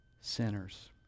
sinners